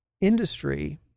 industry